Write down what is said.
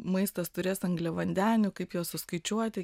maistas turės angliavandenių kaip juos suskaičiuoti